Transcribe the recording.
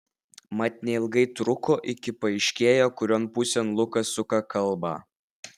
mat neilgai truko iki paaiškėjo kurion pusėn lukas suka kalbą